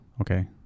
okay